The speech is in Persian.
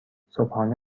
صبحانه